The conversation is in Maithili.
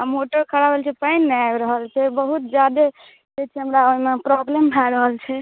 आ मोटर खराब भेल छै पानि नहि आबि रहल छै बहुत ज्यादे जे छै हमरा ओहिमे प्रॉब्लम भए रहल छै